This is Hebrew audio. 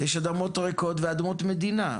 יש אדמות ריקות ואדמות מדינה.